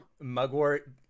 Mugwort